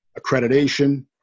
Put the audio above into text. accreditation